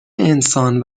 انسان